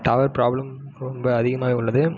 tower problem ரொம்ப அதிகமாகவே உள்ளது